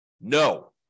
no